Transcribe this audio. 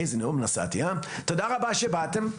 תודה רבה שבאתם.